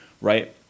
right